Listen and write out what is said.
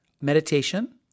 meditation